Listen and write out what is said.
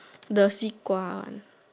the 西瓜 one